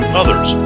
others